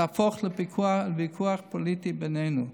תהפוך לוויכוח פוליטי בינינו.